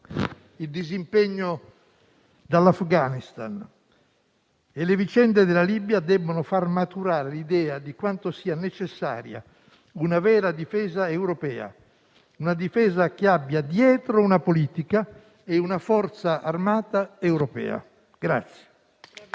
Il disimpegno dall'Afghanistan e le vicende della Libia debbono far maturare l'idea di quanto sia necessaria una vera difesa europea, una difesa che abbia dietro una politica e una forza armata europea.